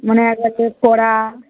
মানে কড়া